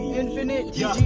infinite